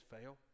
fail